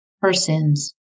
persons